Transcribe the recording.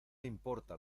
importa